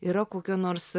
yra kokio nors